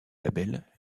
label